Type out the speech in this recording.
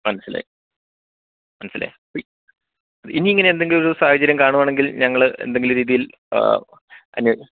മനസിലായി മനസിലായി അപ്പം ഇനി ഇങ്ങനെ എന്തെങ്കിലും ഒരു സാഹചര്യം കാണുവാണെങ്കിൽ ഞങ്ങൾ എന്തെങ്കിലും രീതിയിൽ അതിന്